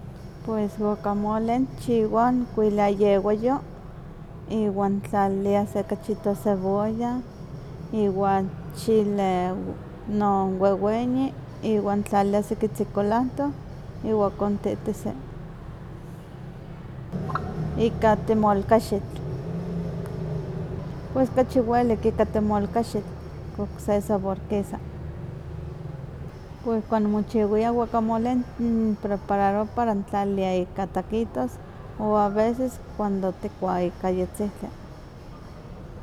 Pues wakamole nchiwa nikuilia niewayo iwan niktlalilia se kachito cebolla iwan chile non weweyi, iwa niktlalilia sekitzin culanto, iwan kontitisi. Ika temolkaxitl, pues kachi welik ika temolkaxitl okse sabor kisa. Pues kuando mochiwia wakamole ikprepararowa para niltlalilia ika taquitos o a veces cuando tikua ika iyetzihtli.